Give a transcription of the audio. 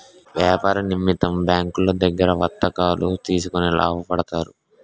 వ్యాపార నిమిత్తం బ్యాంకులో దగ్గర వర్తకులు తీసుకొని లాభపడతారు